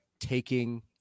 taking